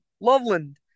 Loveland